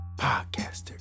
podcaster